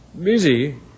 Busy